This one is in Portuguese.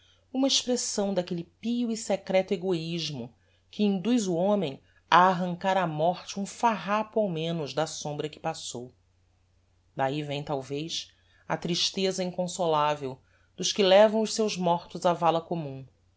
uma expressão daquelle pio e secreto egoismo que induz o homem a arrancar á morte um farrapo ao menos da sombra que passou dahi vem talvez a tristeza inconsolavel dos que levam os seus mortos á valla commum